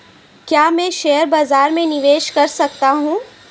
क्या मैं शेयर बाज़ार में निवेश कर सकता हूँ?